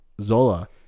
Zola